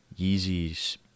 Yeezy's